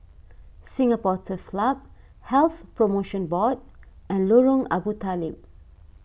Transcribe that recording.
Singapore Turf Club Health Promotion Board and Lorong Abu Talib